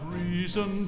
reason